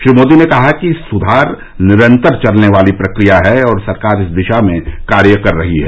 श्री मोदी ने कहा कि सुधार निरंतर चलने वाली प्रक्रिया है और सरकार इस दिशा में कार्य कर रही है